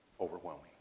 overwhelming